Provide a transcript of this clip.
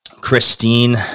Christine